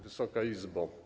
Wysoka Izbo!